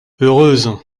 heureuse